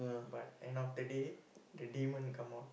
but end of the day the demon come out